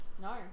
No